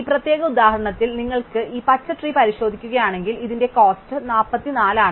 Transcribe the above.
ഈ പ്രത്യേക ഉദാഹരണത്തിൽ നിങ്ങൾക്ക് ഈ പച്ച ട്രീ പരിശോധിക്കുക ആണെങ്കിൽ ഇതിന്റെ ചെലവ്44 ആണ്